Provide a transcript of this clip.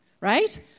right